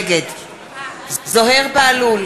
נגד זוהיר בהלול,